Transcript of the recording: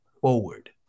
forward